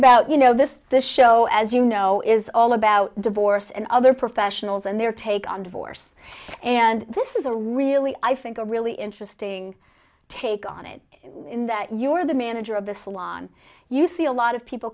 about you know this the show as you know is all about divorce and other professionals and their take on divorce and this is a really i think a really interesting take on it in that you are the manager of the salon you see a lot of people